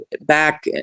back